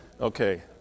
Okay